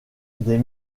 des